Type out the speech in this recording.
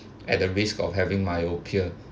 at the risk of having myopia